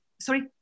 sorry